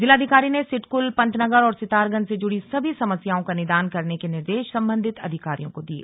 जिलाधिकारी ने सिडकुल पंतनगर और सितारगंज से जुड़ी सभी समस्याओं का निदान करने के निर्देश संबंधित अधिकारियों को दिये